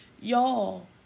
y'all